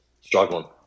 Struggling